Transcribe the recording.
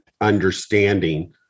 understanding